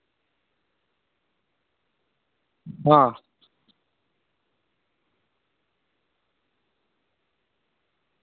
ओ हुनकर नाओ सुनि सुनि बहुत दूरके आदमी आबैत रहै महाभारत सुनने होयबै ओहिमे जरासन्ध ओहिमे जरासन्धेके